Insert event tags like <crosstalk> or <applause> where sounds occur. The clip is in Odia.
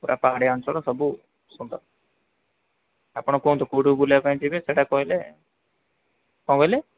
ପୁରା ପାହାଡ଼ିଆ ଅଞ୍ଚଳ ସବୁ <unintelligible> ଆପଣ କୁହନ୍ତୁ କେଉଁଠିକୁ ବୁଲିବା ପାଇଁ ଯିବେ ସେଇଟା କହିଲେ କ'ଣ କହିଲେ